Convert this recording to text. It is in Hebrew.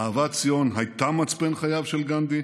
אהבת ציון הייתה מצפן חייו של גנדי.